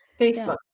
Facebook